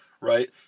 right